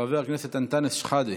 חבר הכנסת אנטאנס שחאדה